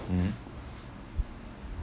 mmhmm